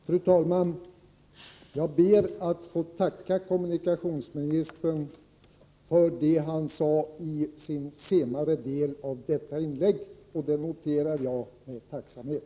Fru talman! Jag ber att få tacka kommunikationsministern för det han sade i den senare delen av sitt inlägg. Det noterar jag med tacksamhet.